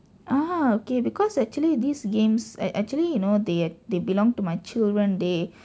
ah okay because actually this games I I actually you know they they belong to my children they